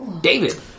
David